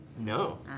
No